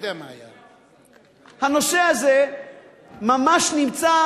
הנושא הזה ממש נמצא,